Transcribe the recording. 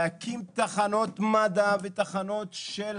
להקים תחנות מד"א ותחנות של